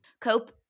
cope